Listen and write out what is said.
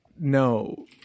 No